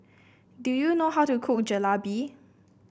do you know how to cook Jalebi